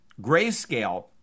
Grayscale